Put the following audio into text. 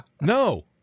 no